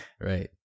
Right